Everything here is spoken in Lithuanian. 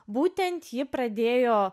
būtent ji pradėjo